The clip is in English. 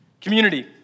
Community